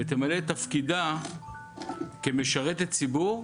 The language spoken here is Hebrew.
ותמלא את תפקידה כמשרתת ציבור.